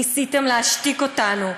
ניסיתם להשתיק אותנו.